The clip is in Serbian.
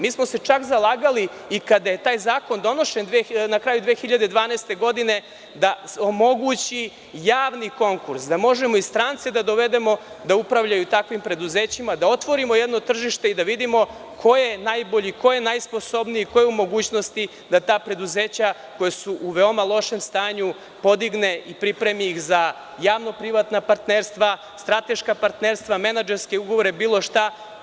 Mi smo se čak zalagali i kada je taj zakon donet na kraju 2012. godine da omogući javni konkurs, da možemo i strance da dovedemo da upravljaju takvim preduzećima, da otvorimo jedno tržište i da vidimo ko je najbolji, ko je najsposobniji, ko je u mogućnosti da ta preduzeća koja su u veoma lošem stanju, podigne i pripremi za javno privatna partnerstva, strateška partnerstva, menadžerske ugovore, bilo šta.